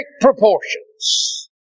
proportions